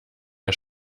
der